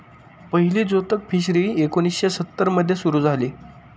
पहिली जोतक फिशरी एकोणीशे सत्तर मध्ये सुरू झाली